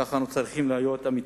כך אנו צריכים להיות אמיצים,